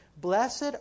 Blessed